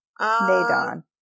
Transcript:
Nadon